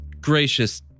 gracious